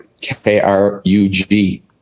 K-R-U-G